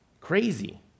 Crazy